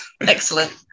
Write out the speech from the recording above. excellent